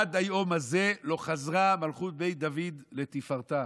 עד היום לא חזרה מלכות בית דוד לתפארתה.